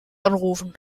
anrufen